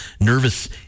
nervous